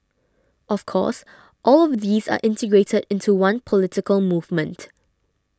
of course all of these are integrated into one political movement